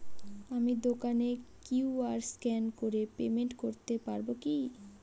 আমি দোকানে QR scan করে পেমেন্ট করতে পারবো কি?